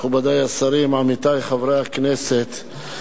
מכובדי השרים, עמיתי חברי הכנסת,